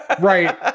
Right